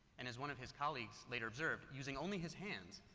and as one of his colleagues later observed, using only his hands,